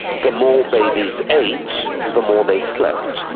the more babies ate, the more they slept.